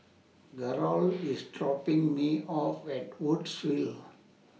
Garold IS dropping Me off At Woodsville